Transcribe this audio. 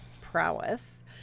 prowess